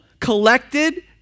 collected